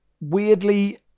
weirdly